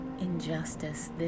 injustice